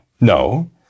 No